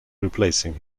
replacing